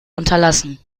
unterlassen